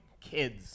kids